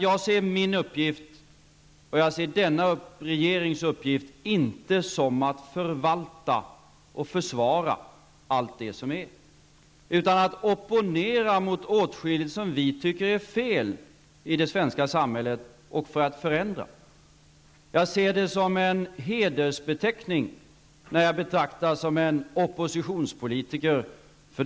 Jag ser min uppgift och jag ser denna regerings uppgift inte som att förvalta och försvara allt det som är. Den skall vara att opponera mot åtskilligt vi tycker är fel i det svenska samhället, och vi skall genomföra förändringar. Jag ser det som en hedersbeteckning när jag betraktas som oppositionspolitiker.